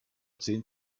zehn